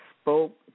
spoke